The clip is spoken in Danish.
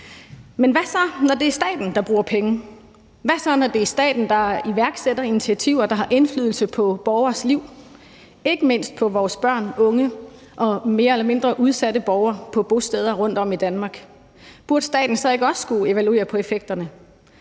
Men hvad så, når det er staten, der bruger penge? Hvad så, når det er staten, der iværksætter initiativer, der har indflydelse på borgeres liv, ikke mindst vores børn og unge og mere eller mindre udsatte borgere på bosteder rundtom i Danmark? Burde staten så ikke også skulle evaluere på effekterne?